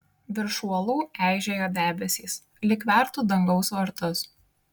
virš uolų eižėjo debesys lyg vertų dangaus vartus